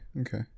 Okay